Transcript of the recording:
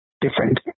different